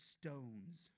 stones